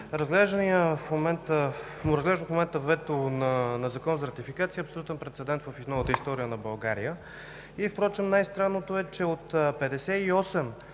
Разглежданото в момента вето на Закона за ратификация е абсолютен прецедент в новата история на България. Впрочем най-странното е, че от 58